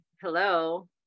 hello